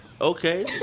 Okay